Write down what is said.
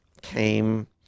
came